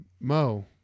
Mo